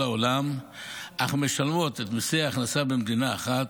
העולם אך משלמות את מיסי ההכנסה במדינה אחת,